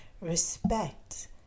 respect